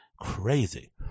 crazy